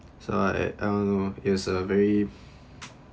so at um it's a very